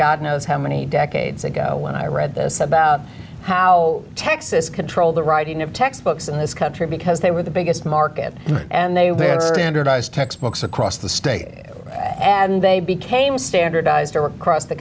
god knows how many decades ago when i read this about how texas controlled the writing of textbooks in this country because they were the biggest market and they had standardized textbooks across the state and they became standardized or across the